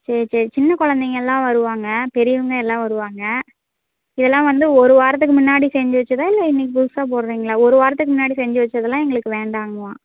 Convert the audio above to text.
சரி சரி சின்ன குழந்தைங்கள்லாம் வருவாங்க பெரியவங்க எல்லா வருவாங்க இதெல்லாம் வந்து ஒரு வாரத்துக்கு முன்னாடி செஞ்சு வச்சதாக இல்லை இன்னிக்கு புதுசாக போடுறிங்களா ஒரு வாரத்துக்கு முன்னாடி செஞ்சு வச்சதெல்லாம் எங்களுக்கு வேண்டாங்க அம்மா